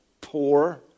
poor